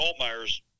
Altmaier's